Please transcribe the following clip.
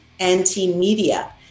anti-media